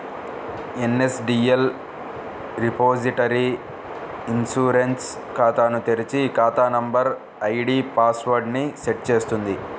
NSDL repository e insurance ఖాతాను తెరిచి, ఖాతా నంబర్, ఐడీ పాస్ వర్డ్ ని సెట్ చేస్తుంది